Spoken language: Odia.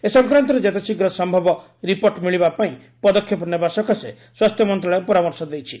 ଏ ସଂକ୍ରାନ୍ତରେ ଯେତେ ଶୀଘ୍ର ସସବ ରିପୋର୍ଟ ମିଳିବା ପାଇଁ ପଦକ୍ଷେପ ନେବା ସକାଶେ ସ୍ୱାସ୍ଥ୍ୟ ମନ୍ତ୍ରଣାଳୟ ପରାମର୍ଶ ଦେଇଛି